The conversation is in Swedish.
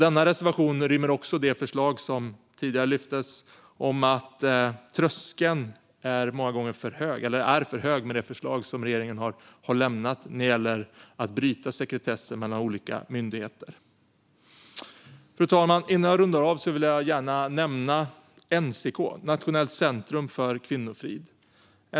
Denna reservation rymmer också det förslag som tidigare nämndes om att tröskeln är för hög med det förslag som regeringen har lämnat när det gäller att bryta sekretessen mellan olika myndigheter. Fru talman! Innan jag rundar av vill jag gärna nämna NCK, Nationellt centrum för kvinnofrid.